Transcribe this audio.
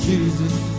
Jesus